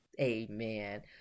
Amen